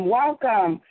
welcome